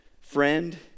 friend